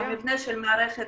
מבנה המערכת